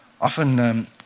Often